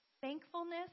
Thankfulness